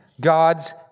God's